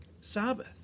Sabbath